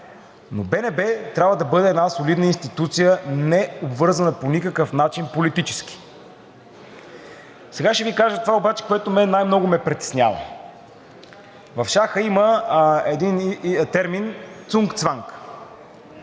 но БНБ трябва да бъде една солидна институция, необвързана по никакъв начин политически. Сега ще Ви кажа това обаче, което мен най-много ме притеснява. В шаха има един термин цунгцванг.